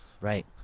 Right